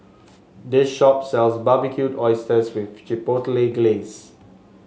this shop sells Barbecued Oysters with Chipotle Glaze